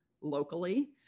locally